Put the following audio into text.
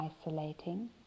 isolating